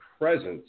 presence